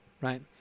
right